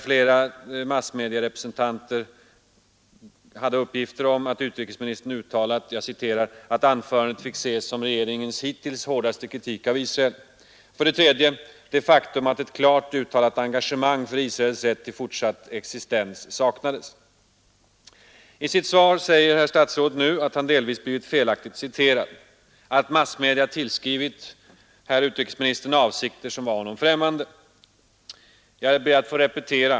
Flera massmedierepresentanter hade ju uppgifter om att utrikesministern uttalat att ”anförandet fick ses som regeringens hittills hårdaste kritik av Israel”. 3. Det faktum att ett klart uttalat engagemang för Israels rätt till fortsatt existens saknades. I sitt svar säger herr utrikesministern nu att han delvis blivit felaktigt citerad, att massmedia tillskrivit honom avsikter som var honom främmande. Jag ber att få repetera.